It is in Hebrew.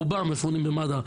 רובם מפונים על ידי מד"א,